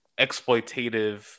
exploitative